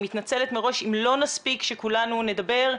אני מתנצלת מראש אם לא נספיק שכולנו נדבר,